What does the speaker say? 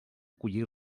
collir